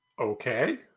okay